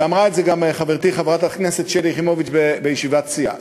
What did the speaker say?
ואמרה את זה גם חברתי חברת הכנסת שלי יחימוביץ בישיבת הסיעה,